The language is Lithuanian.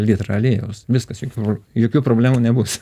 litrą aliejaus viskas jokių jokių problemų nebus